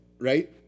right